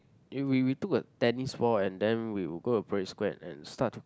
eh we we took a tennis ball and then we we go to a play square and start to